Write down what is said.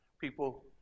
people